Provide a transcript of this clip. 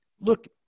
look